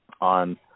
on